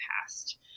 past